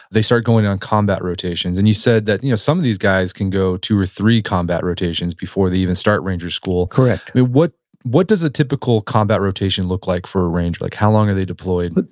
they start going on combat rotations. and you said that, you know some of these guys can go two or three combat rotations before they even start ranger school correct what what does a typical combat rotation look like for a ranger? like how long are they deployed?